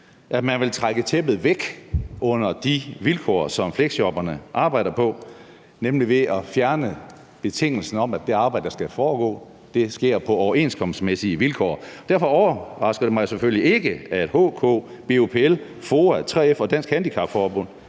at man vil trække tæppet væk under de vilkår, som fleksjobberne arbejder på, nemlig ved at fjerne betingelsen om, at det arbejde, der skal foregå, sker på overenskomstmæssige vilkår. Derfor overrasker det mig selvfølgelig ikke, at HK, BUPL, FOA, 3F og Dansk Handicap Forbund